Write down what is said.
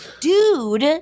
Dude